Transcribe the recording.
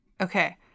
Okay